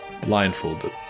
blindfolded